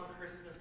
Christmas